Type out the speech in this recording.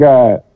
God